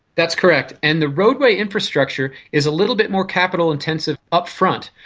that's correct, and the roadway infrastructure is a little bit more capital intensive upfront.